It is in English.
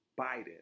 Biden